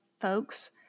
folks